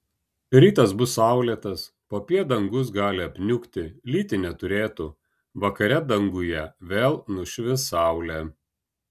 rytas bus saulėtas popiet dangus gali apniukti lyti neturėtų vakare danguje vėl nušvis saulė